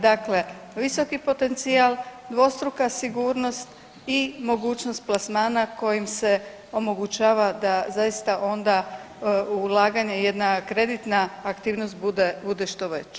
Dakle, visoki potencijal, dvostruka sigurnost i mogućnost plasmana kojim se omogućava da zaista onda ulaganje jedna kreditna aktivnost bude što veća.